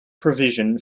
provision